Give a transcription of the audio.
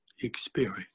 experience